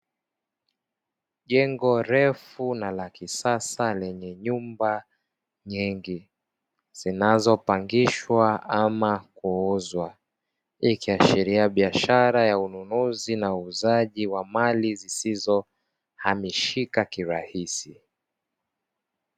Jengo refu na la kisasa lenye nyumba nyingi zinazopangishwa ama kuuzwa, hii ikiashiria biashara ya ununuzi na uuzaji wa mali zisizohamishika kirahisi.